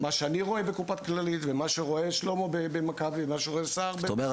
מה שאני רואה בקופת כללית ומה שרואה שלמה במכבי --- אתה אומר,